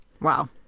Wow